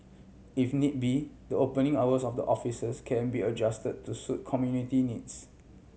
if need be the opening hours of the offices can be adjust to suit community needs